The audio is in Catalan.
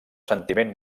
sentiment